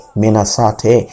menasate